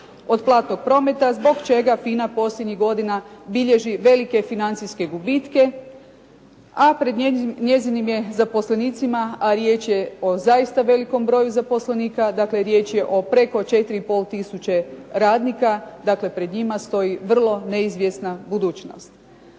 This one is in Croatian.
platnog prometa, zbog čega FINA posljednjih godina bilježi velike financijske gubitke, a pred njezinim je zaposlenicima, a riječ je o zaista velikom broju zaposlenika, dakle riječ je o preko 4 i pol tisuće radnika, dakle pred njima stoji vrlo neizvjesna budućnost.